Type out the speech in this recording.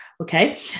Okay